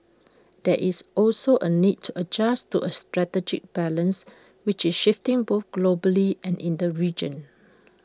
there is also A need to adjust to A strategic balance which is shifting both globally and in the region